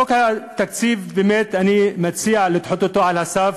חוק התקציב, באמת אני מציע לדחות אותו על הסף.